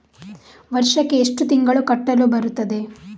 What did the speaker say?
ವರ್ಷಕ್ಕೆ ಎಷ್ಟು ತಿಂಗಳು ಕಟ್ಟಲು ಬರುತ್ತದೆ?